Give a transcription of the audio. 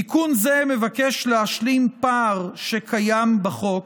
תיקון זה מבקש להשלים פער שקיים בחוק,